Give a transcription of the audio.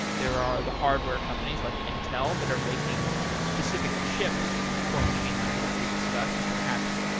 there are the hardware companies, like intel, that are making specific chips for machine learning, like we discussed. and perhaps,